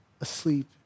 asleep